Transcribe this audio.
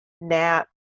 nap